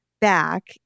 back